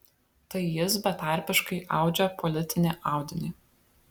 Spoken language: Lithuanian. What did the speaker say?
tai jis betarpiškai audžia politinį audinį